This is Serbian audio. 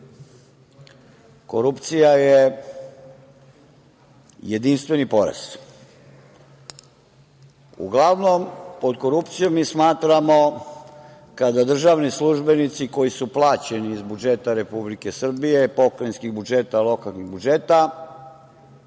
korupcija je jedinstveni porez. Uglavnom pod korupcijom mi smatramo kada državni službenici koji su plaćeni iz budžeta Republike Srbije, pokrajinskih budžeta, lokalnih budžeta